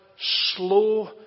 slow